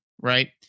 right